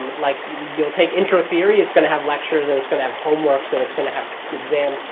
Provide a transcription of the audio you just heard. like you'll take intro theory, it's going to have lectures and it's going to have homework so it's going to have exams.